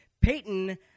Peyton